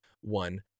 one